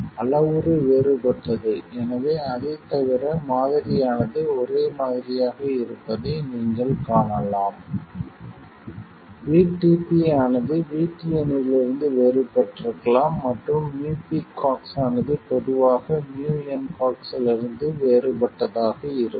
அளவுரு வேறுபட்டது எனவே அதைத்தவிர மாதிரியானது ஒரே மாதிரியாக இருப்பதை நீங்கள் காணலாம் VTP ஆனது VTN இலிருந்து வேறுபட்டிருக்கலாம் மற்றும் µpCox ஆனது பொதுவாக µnCox இலிருந்து வேறுபட்டதாக இருக்கும்